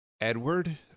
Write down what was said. Edward